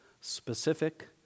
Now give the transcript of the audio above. specific